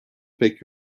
pek